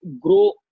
grow